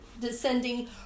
descending